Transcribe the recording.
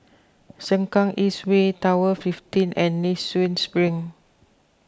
Sengkang East Way Tower fifteen and Nee Soon Spring